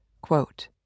Quote